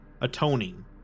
atoning